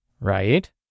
right